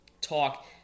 talk